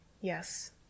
Yes